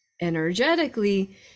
energetically